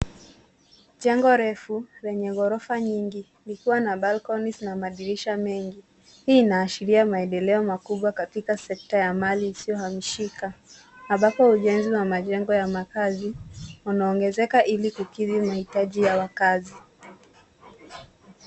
Jengo refu lenye ghorofa nyingi likiwa na balconies na madirisha mengi. Hii inaashiria maendeleo makubwa katika sekta ya mali isiohamishika ambapo ujenzi wa majengo ya makazi unaongezeka ili kukiri mahitaji ya wakazi.